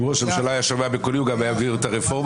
אם ראש הממשלה היה שומע בקולי הוא גם היה מעביר את הרפורמה,